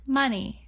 money